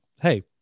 hey